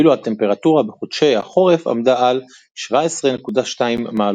ואילו הטמפרטורה בחודשי החורף עמדה על 17.2 מעלות.